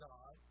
God